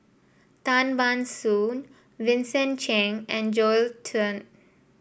Tan Ban Soon Vincent Cheng and Joel Tan